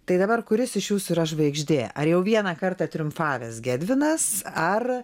tai dabar kuris iš jūsų yra žvaigždė ar jau vieną kartą triumfavęs gedvinas ar